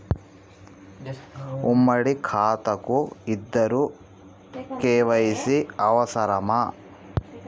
ఉమ్మడి ఖాతా కు ఇద్దరు కే.వై.సీ అవసరమా?